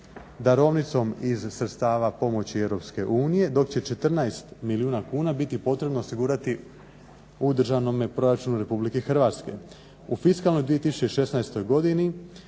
darovnicom iz sredstava pomoći Europske unije, dok će 14 milijuna kuna biti potrebno osigurati u državnom proračunu Republike Hrvatske. U fiskalnoj 2016. godini